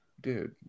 dude